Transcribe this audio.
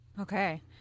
okay